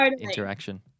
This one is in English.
interaction